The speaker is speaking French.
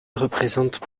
représentent